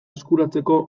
eskuratzeko